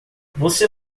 você